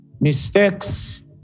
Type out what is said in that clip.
mistakes